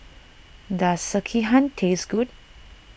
does Sekihan taste good